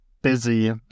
busy